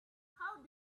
how